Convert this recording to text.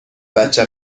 بچه